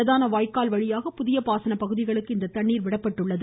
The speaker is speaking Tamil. பிரதான வாய்க்கால் வழியாக புதிய பாசன பகுதிகளுக்கு இந்த தண்ணீர் திறந்துவிடப்பட்டுள்ளது